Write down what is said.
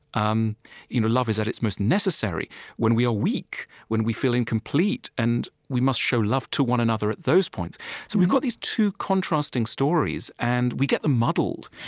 um you know love is at its most necessary when we are weak, when we feel incomplete, and we must show love to one another at those points. so we've got these two contrasting stories, and we get them muddled,